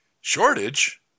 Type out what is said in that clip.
Shortage